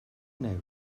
newid